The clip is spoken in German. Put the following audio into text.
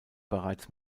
bereits